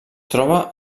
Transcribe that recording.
troba